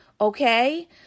Okay